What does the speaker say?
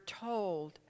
told